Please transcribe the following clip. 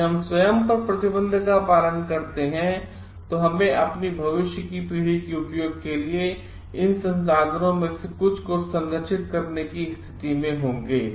यदि हम स्वयं पर प्रतिबंध का पालन करते हैं तो हमअपनी भविष्य की पीढ़ी के उपयोग के लिए इन संसाधनों में से कुछ को संरक्षित करने कीस्थिति मेंहोंगे